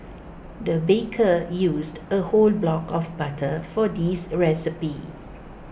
the baker used A whole block of butter for this recipe